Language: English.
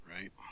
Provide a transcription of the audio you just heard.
right